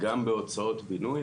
גם בהוצאות בינוי,